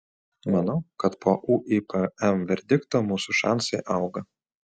manau kad po uipm verdikto mūsų šansai auga